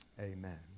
Amen